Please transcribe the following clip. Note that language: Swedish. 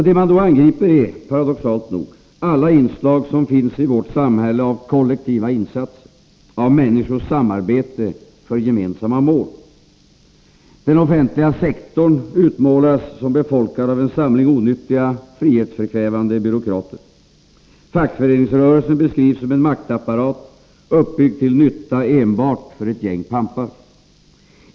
Det man då angriper är, paradoxalt nog, alla inslag som finns i vårt samhälle av kollektiva insatser, av människors samarbete för gemensamma mål. Den offentliga sektorn utmålas som befolkad av en samling onyttiga, frihetsförkvävande byråkrater. Fackföreningsrörelsen beskrivs som en maktapparat, uppbyggd till nytta enbart för ett gäng pampar.